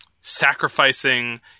sacrificing